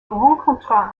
rencontra